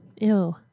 Ew